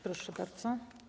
Proszę bardzo.